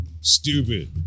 Stupid